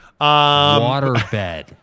Waterbed